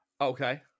Okay